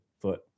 foot